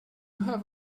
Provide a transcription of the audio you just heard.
have